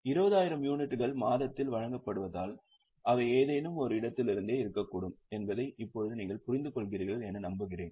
20000 யூனிட்டுகள் மாதத்தில் வழங்கப்படுவதால் அவை ஏதேனும் ஒரு இடத்திலிருந்தே இருக்கக்கூடும் என்பதை இப்போது நீங்கள் புரிந்துகொள்கிறீர்கள் என நம்புகிறேன்